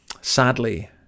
Sadly